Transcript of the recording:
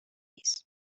نیست